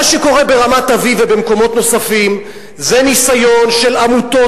מה שקורה ברמת-אביב ובמקומות נוספים זה ניסיון של עמותות